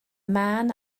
man